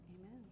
Amen